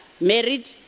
married